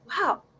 wow